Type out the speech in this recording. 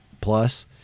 plus